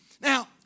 Now